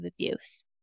abuse